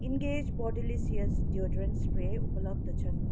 engage Bodylicious deodorant spray उपलब्ध छन्